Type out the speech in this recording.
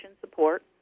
support